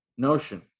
notion